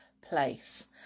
place